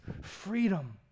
freedom